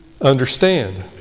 understand